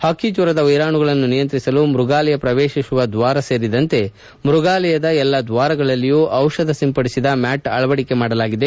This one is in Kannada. ಪಕ್ಕಿಜ್ವರದ ವೈರಾಣುಗಳನ್ನು ನಿಯಂತ್ರಿಸಲು ಮೃಗಾಲಯ ಪ್ರವೇಶಿಸುವ ದ್ವಾರ ಸೇರಿದಂತೆ ಮ್ಯಗಾಲಯದ ಎಲ್ಲಾ ದ್ವಾರಗಳಲ್ಲಿಯೂ ಡಿಷಧ ಸಿಂಪಡಿಸಿದ ಮ್ಯಾಟ್ ಅಳವಡಿಕೆ ಮಾಡಲಾಗಿದೆ